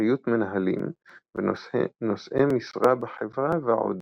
אחריות מנהלים ונושאי משרה בחברה ועוד.